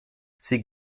sie